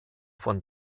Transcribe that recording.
von